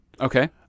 Okay